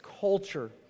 culture